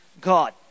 God